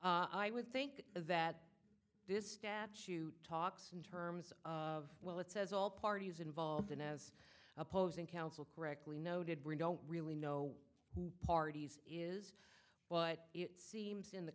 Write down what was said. right i would think that this statute talks in terms of well it says all parties involved and as opposing counsel correctly noted we don't really know who parties is but it seems in the